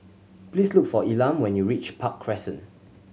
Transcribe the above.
please look for Elam when you reach Park Crescent